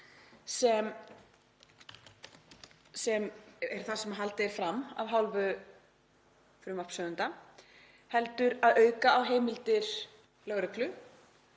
sem er það sem haldið er fram af hálfu frumvarpshöfunda, heldur að auka á heimildir lögreglu